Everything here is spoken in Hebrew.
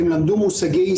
המקצועי,